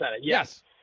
Yes